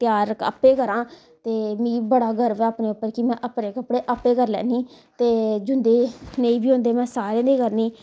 तैयार आपें करां ते मिगी बड़ा गर्व ऐ अपने उप्पर की मैं अपने कपड़े आपे करी लैनी ते जिंदे नेईं बी होंदे न मैं सारें दे करनी